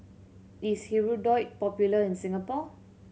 is Hirudoid popular in Singapore